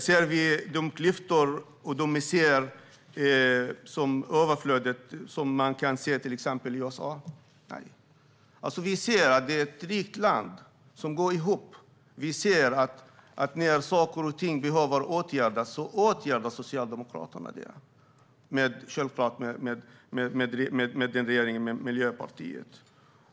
Har vi sådana klyftor och sådant överflöd som man kan se i till exempel USA? Nej. Sverige är ett rikt land. När saker och ting behöver åtgärdas, åtgärdar Socialdemokraterna det, självklart i regering med Miljöpartiet.